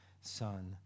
Son